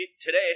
today